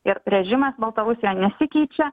ir režimas baltarusijoje nesikeičia